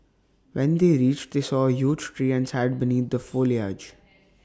when they reached they saw A huge tree and sat beneath the foliage